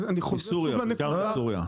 מסוריה, בעיקר מסוריה.